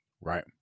Right